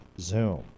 zoom